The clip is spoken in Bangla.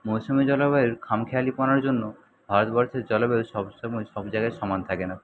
মৌসুমী জলবায়ুর খামখেয়ালীপনার জন্য ভারতবর্ষের জলবায়ু সব সময় সব জায়গায় সমান থাকে না